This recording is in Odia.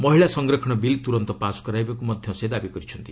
ମହିଳା ସଂରକ୍ଷଣ ବିଲ୍ ତୁରନ୍ତ ପାସ୍ କରାଇବାକୁ ମଧ୍ୟ ସେ ଦାବି କରିଛନ୍ତି